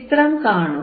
ചിത്രം കാണുക